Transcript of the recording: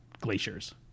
glaciers